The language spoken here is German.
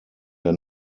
der